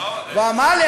הוא אמר לי.